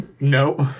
Nope